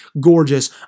gorgeous